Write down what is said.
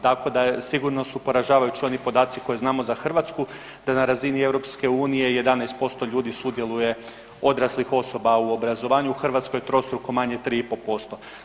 Tako da sigurno su poražavajući oni podaci koji znamo za Hrvatsku, da na razini EU-a 11% ljudi sudjeluje, odraslih osoba u obrazovanju, u Hrvatskoj trostruko manje, 3,5%